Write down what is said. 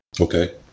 Okay